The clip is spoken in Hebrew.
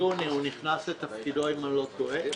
מיוני הוא נכנס לתפקידו, אם אני לא טועה.